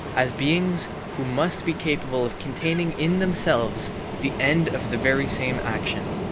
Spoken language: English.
as beings who must be capable of containing in themselves the end of the very same action.